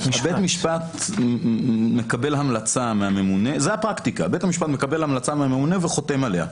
בית המשפט מקבל המלצה מהממונה וחותם עליה.